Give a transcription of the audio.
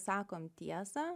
sakome tiesą